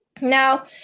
Now